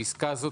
בפסקה זו,